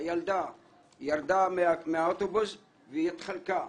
הילדה ירדה מהאוטובוס והתחלקה,